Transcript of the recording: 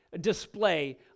display